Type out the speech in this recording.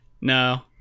No